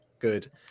good